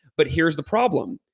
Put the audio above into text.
but here's the problem.